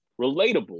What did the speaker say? relatable